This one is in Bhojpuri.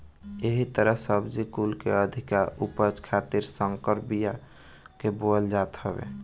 एही तहर सब्जी कुल के अधिका उपज खातिर भी संकर बिया के बोअल जात हवे